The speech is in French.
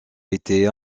été